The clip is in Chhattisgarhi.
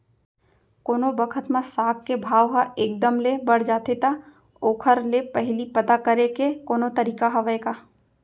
कोनो बखत म साग के भाव ह एक दम ले बढ़ जाथे त ओखर ले पहिली पता करे के कोनो तरीका हवय का?